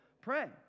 pray